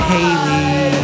Haley